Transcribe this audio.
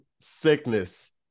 sickness